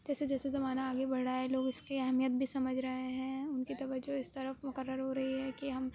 جیسے جیسے زمانہ آگے بڑھ رہا ہے لوگ اُس کے اہمیت بھی سمجھ رہے ہیں اُن کی توجہ اِس طرف مقرر ہو رہی ہے کہ ہم